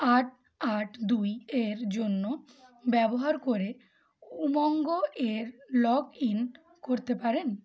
আট আট দুই এর জন্য ব্যবহার করে উমঙ্গ এর লগ ইন করতে পারেন